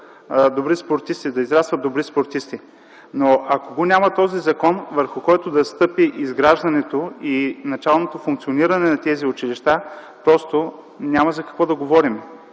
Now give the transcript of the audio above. добри, за да израстват добри спортисти, но ако го няма този закон, върху който да стъпи изграждането и началното функциониране на тези училища, просто няма за какво да говорим.